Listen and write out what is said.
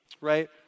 Right